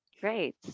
Great